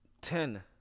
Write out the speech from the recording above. Ten